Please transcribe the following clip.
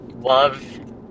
love